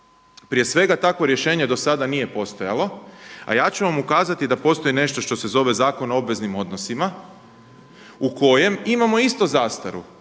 prije svega takvo rješenje do sada nije postojalo, a ja ću vam ukazati da postoji nešto što se zove Zakon o obveznim odnosima u kojem imamo isto zastaru.